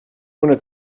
wanna